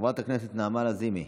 חברת הכנסת נעמה לזימי,